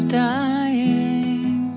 dying